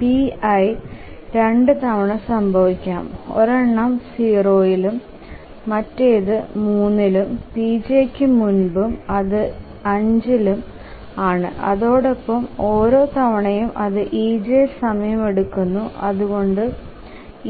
Pi രണ്ടു തവണ സംഭവിക്കാം ഒരെണ്ണം 0ഇലും മറ്റേതു 3ഇലും pjക് മുൻപും അതു 5ഇലും ആണ് അതോടൊപ്പം ഓരോ തവണയും അതു ej സമയം എടുക്കുന്നു അതുകൊണ്ട്